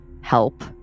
help